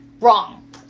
Wrong